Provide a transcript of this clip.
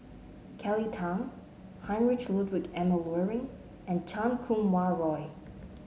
Kelly Tang Heinrich Ludwig Emil Luering and Chan Kum Wah Roy